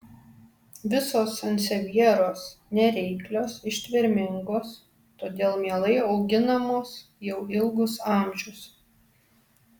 visos sansevjeros nereiklios ištvermingos todėl mielai auginamos jau ilgus amžius